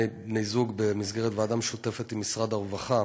במסגרת ועדה משותפת עם משרד הרווחה,